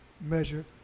measure